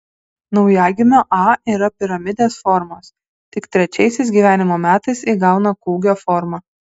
naujagimio a yra piramidės formos tik trečiaisiais gyvenimo metais įgauna kūgio formą